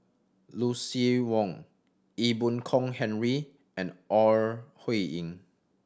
Lucien Wang Ee Boon Kong Henry and Ore Huiying